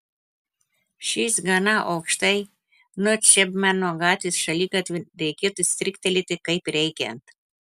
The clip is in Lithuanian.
šis gana aukštai nuo čepmeno gatvės šaligatvio reikėtų stryktelėti kaip reikiant